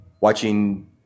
Watching